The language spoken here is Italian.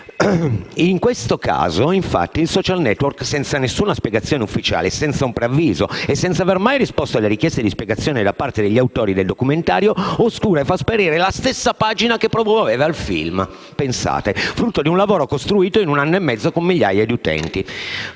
In questo caso, infatti, il *social network*, senza nessuna spiegazione ufficiale, senza un preavviso e senza aver mai risposto alle richieste di spiegazioni da parte degli autori del documentario, oscura e fa sparire la stessa pagina che promuoveva il film, frutto di un lavoro costruito in un anno e mezzo con migliaia di utenti.